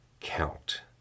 count